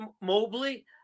Mobley